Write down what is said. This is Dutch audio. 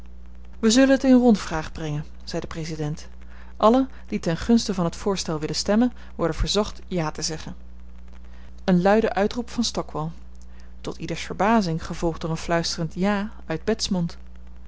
wij zullen het in rondvraag brengen zei de president allen die ten gunste van het voorstel willen stemmen worden verzocht ja te zeggen een luide uitroep van stockwall tot ieders verbazing gevolgd door een fluisterend ja uit bets mond